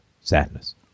sadness